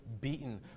beaten